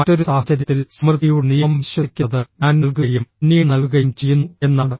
മറ്റൊരു സാഹചര്യത്തിൽ സമൃദ്ധിയുടെ നിയമം വിശ്വസിക്കുന്നത് ഞാൻ നൽകുകയും പിന്നീട് നൽകുകയും ചെയ്യുന്നു എന്നാണ്